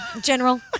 general